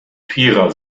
vierer